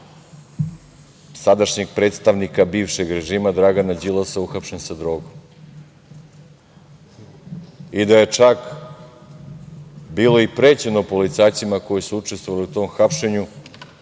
sadašnjeg predstavnika bivšeg režima Dragana Đilasa, uhapšen sa drogom i da je čak bilo i prećeno policajcima koji su učestvovali u tom hapšenju,